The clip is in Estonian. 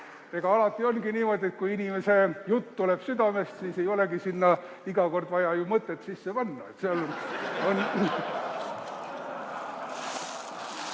alati olnud ongi niimoodi, et kui inimese jutt tuleb südamest, siis ei olegi sinna iga kord vaja ju mõtet sisse panna.